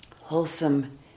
wholesome